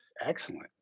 excellent